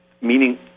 meaning